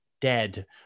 dead